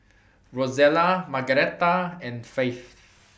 Rozella Margaretta and Faith